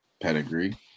pedigree